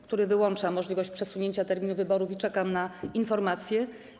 który wyłącza możliwość przesunięcia terminu wyborów, i czekam na informację.